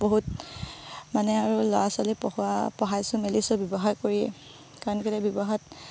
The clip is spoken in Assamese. বহুত মানে আৰু ল'ৰা ছোৱালী পঢ়োৱা পঢ়াইছোঁ মেলিছোঁ ব্যৱসায় কৰিয়ে কাৰণ কেলৈ ব্যৱসায়ত